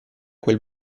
quel